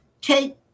take